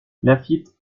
laffitte